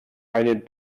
einen